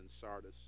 sardis